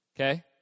okay